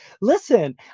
Listen